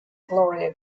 gloria